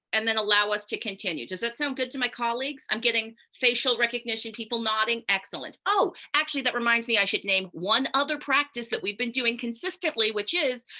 and then allow us to continue. does that sound good to my colleagues? i'm getting facial recognition, people nodding. excellent. oh, actually, that reminds me, i should name one other practice that we've been doing consistently, which is,